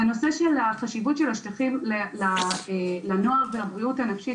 והנושא של החשיבות של השטחים לנוער ולבריאות הנפשית,